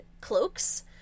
cloaks